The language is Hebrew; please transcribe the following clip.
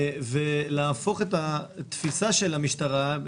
ולהפוך את התפיסה של המשטרה.